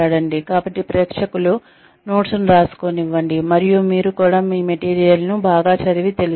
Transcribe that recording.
కాబట్టి ప్రేక్షకులు నోట్స్ ను రాసుకోనివ్వండి మరియు మీరు కూడా మీ మెటీరియల్ ను బాగా చదవి తెలుసుకోండి